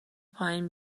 پایین